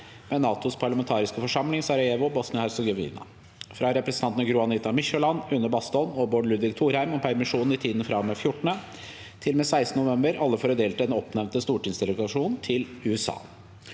ved NATOs parlamentariske forsamling i Sarajevo, Bosnia-Hercegovina. – fra representantene Gro Anita Mykjåland, Une Bast_holm og Bård Ludvig Torheim om permisjon i tiden_ fra og med 14. til og med 16. november, alle for å delta i den oppnevnte stortingsdelegasjonen til USA